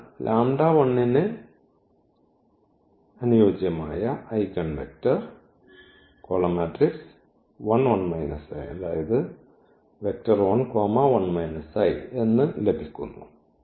അതിനാൽ ന് അനുയോജ്യമായ ഐഗൺ വെക്റ്റർ എന്ന് ലഭിക്കുന്നു